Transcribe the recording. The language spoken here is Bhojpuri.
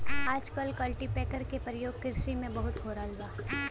आजकल कल्टीपैकर के परियोग किरसी में बहुत हो रहल बा